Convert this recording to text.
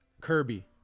Kirby